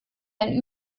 ein